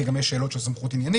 כי גם יש שאלות של סמכות עניינית,